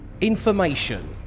Information